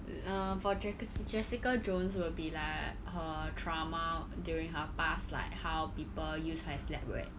err for jesic~ jessica jones will be like her trauma during her past like how people use her as lab rat